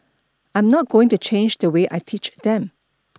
I'm not going to change the way I teach them